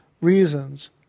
reasons